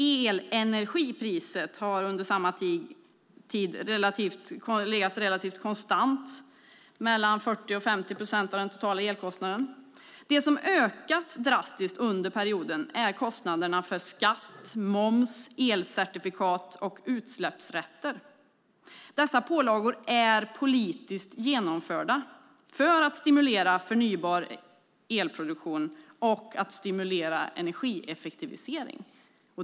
Elenergipriset har under samma tid legat relativt konstant mellan 40 och 50 procent av den totala elkostnaden. Det som har ökat drastiskt under perioden är kostnaderna för skatt, moms, elcertifikat och utsläppsrätter. Dessa pålagor är politiskt genomförda för att stimulera förnybar elproduktion och energieffektivisering.